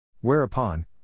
Whereupon